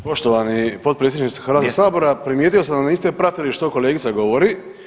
Poštovani potpredsjedniče Hrvatskog sabora, primijetio sam da niste pratili što kolegica govori.